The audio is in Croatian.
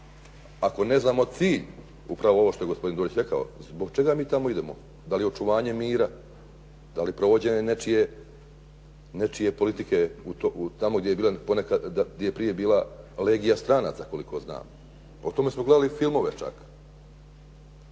ako ne znamo cilj, upravo ovo što je Dorić rekao, zbog čega mi tamo idemo? Da li očuvanje mira? Da li provođenje nečije politike tamo gdje je bila ponekad, gdje je prije bila Legija stranaca koliko znam. O tome smo gledali filmove čak.